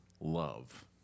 love